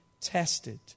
tested